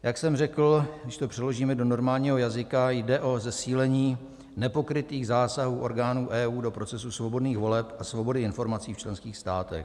Jak jsem řekl, když to přeložíme do normálního jazyka, jde o zesílení nepokrytých zásahů orgánů EU do procesu svobodných voleb a svobody informací v členských státech.